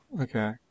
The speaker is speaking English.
Okay